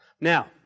Now